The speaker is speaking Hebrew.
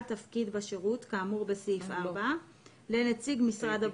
תפקיד בשירות כאמור בסעיף 4 לנציג משרד הבריאות.